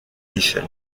michel